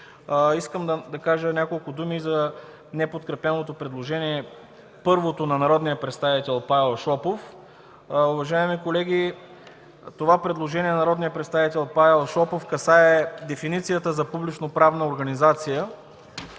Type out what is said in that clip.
Искам да кажа няколко думи за първото неподкрепено предложение на народния представител Павел Шопов. Уважаеми колеги, това предложение на народния представител Павел Шопов касае дефиницията за публично-правна организация.